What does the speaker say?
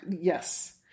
Yes